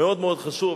מאוד מאוד חשוב.